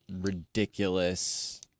ridiculous